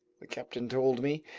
the captain told me.